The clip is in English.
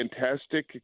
fantastic